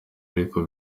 ariko